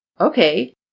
Okay